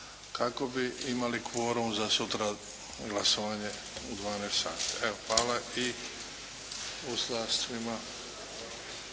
kako bi imali kvorum za sutra glasovanje u 12 sati. Evo, hvala i u slast svima.